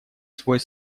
свой